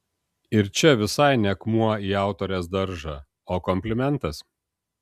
ir čia visai ne akmuo į autorės daržą o komplimentas